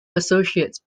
associates